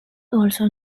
also